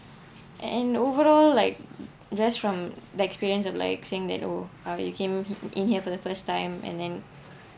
and overall like just from the experience of like saying that oh ah you came here in here for the first time and then